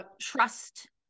trust